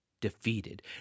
defeated